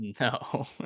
no